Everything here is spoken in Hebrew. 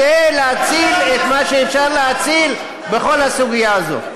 כדי להציל את מה שאפשר להציל בכל הסוגיה הזאת.